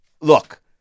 Look